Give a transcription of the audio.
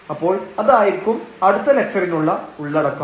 അപ്പോൾ അതായിരിക്കും അടുത്ത ലക്ച്ചറിനുള്ള ഉള്ളടക്കം